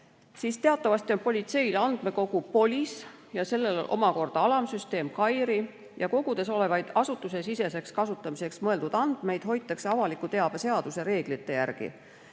siis teatavasti on politseil andmekogu POLIS ja sellel omakorda alamsüsteem KAIRI ja kogudes olevaid asutusesiseseks kasutamiseks mõeldud andmeid hoitakse avaliku teabe seaduse reeglite järgi.